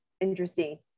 interesting